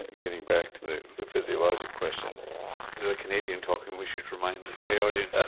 getting back to the the physiologic question. that is a canadian talking, we should remind the audience.